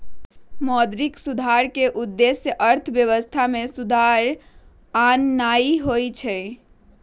मौद्रिक सुधार के उद्देश्य अर्थव्यवस्था में सुधार आनन्नाइ होइ छइ